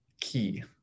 key